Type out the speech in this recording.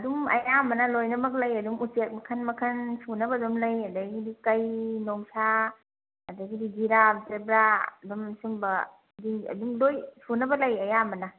ꯑꯗꯨꯝ ꯑꯌꯥꯝꯕꯅ ꯂꯣꯏꯅꯃꯛ ꯂꯩ ꯑꯗꯨꯝ ꯎꯆꯦꯛ ꯃꯈꯟ ꯃꯈꯟ ꯁꯨꯅꯕ ꯑꯗꯨꯝ ꯂꯩ ꯑꯗꯒꯤꯗꯤ ꯀꯩ ꯅꯣꯡꯁꯥ ꯑꯗꯒꯤꯗꯤ ꯖꯤꯔꯥꯞ ꯖꯦꯕ꯭ꯔꯥ ꯑꯗꯨꯝ ꯁꯨꯝꯕ ꯍꯥꯏꯗꯤ ꯑꯗꯨꯝ ꯂꯣꯏ ꯁꯨꯅꯕ ꯂꯩ ꯑꯌꯥꯝꯕꯅ